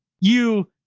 you.